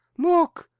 look!